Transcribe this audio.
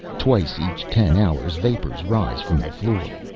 twice each ten hours vapors rise from the floor.